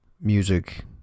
music